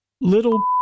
little